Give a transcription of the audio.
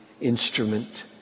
instrument